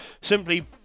Simply